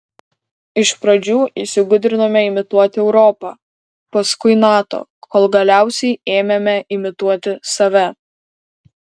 iš pradžių įsigudrinome imituoti europą paskui nato kol galiausiai ėmėme imituoti save